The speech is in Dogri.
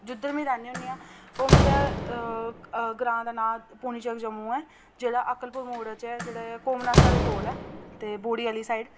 जिद्धर में रैह्नी होनी आं ओह् मेरे ग्रांऽ दा नांऽ पुंछल जम्मू ऐ जेह्ड़ा अकलपुर मोड़ च ऐ जेह्ड़ा घो मन्हासा दे कोल ऐ ते बोह्ड़ी आह्ली साइड ते